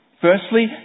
Firstly